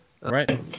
right